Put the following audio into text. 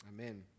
Amen